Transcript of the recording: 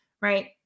right